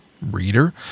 reader